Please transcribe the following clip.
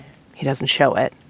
he doesn't show it